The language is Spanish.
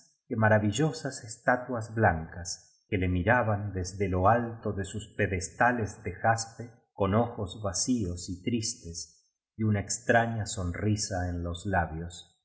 que maravillosas estatuas blancas que le mira ban desde lo alto de sus pedestales de jaspe con ojos vacíos y tristes y una extraña sonrisa en los labios